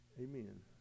amen